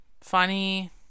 funny